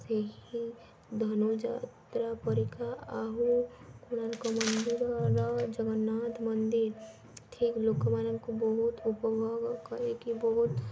ସେହି ଧନୁଯାତ୍ରା ପରିକା ଆଉ କୋଣାର୍କ ମନ୍ଦିରର ଜଗନ୍ନାଥ ମନ୍ଦିର ଠିକ୍ ଲୋକମାନଙ୍କୁ ବହୁତ ଉପଭୋଗ କରିକି ବହୁତ